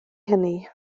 hynny